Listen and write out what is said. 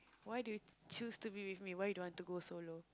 why do you choose to be with me why you don't want to go solo